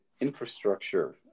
infrastructure